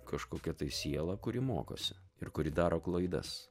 kažkokia tai siela kuri mokosi ir kuri daro klaidas